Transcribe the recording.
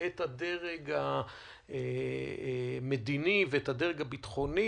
את הדרג המדיני ואת הדרג הביטחוני,